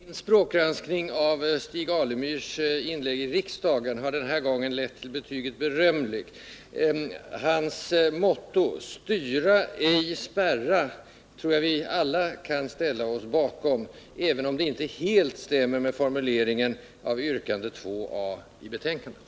Herr talman! Min språkgranskning av Stig Alemyrs inlägg i riksdagen har den här gången lett till betyget Berömlig. Hans motto ”styra, ej spärra” tror jag att vi alla kan ställa oss bakom, även om det inte helt stämmer med formuleringen i yrkandet 2 a) i betänkandet.